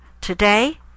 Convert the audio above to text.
Today